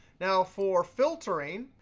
now for filtering,